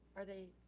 are they